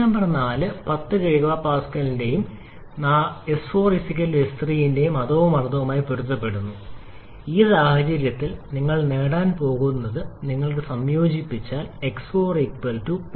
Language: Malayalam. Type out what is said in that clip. പോയിന്റ് നമ്പർ 4 10 kPa യുടെയും 𝑠4 s3 ന്റെയും അതേ മർദ്ദവുമായി പൊരുത്തപ്പെടുന്നു ഈ സാഹചര്യത്തിൽ നിങ്ങൾ നേടാൻ പോകുകയാണെന്ന് നിങ്ങൾ സംയോജിപ്പിച്ചാൽ 𝑥4 0